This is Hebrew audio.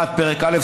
1. פרק א',